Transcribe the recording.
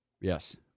Yes